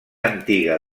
antiga